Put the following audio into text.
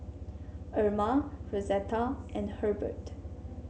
Erma Rosetta and Hurbert